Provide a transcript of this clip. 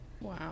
Wow